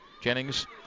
Jennings